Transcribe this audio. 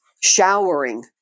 Showering